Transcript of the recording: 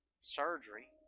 surgery